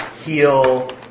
heal